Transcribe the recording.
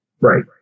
Right